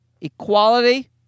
equality